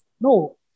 no